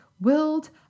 world